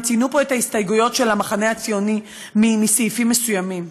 וציינו פה את ההסתייגויות של המחנה הציוני מסעיפים מסוימים,